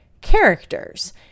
characters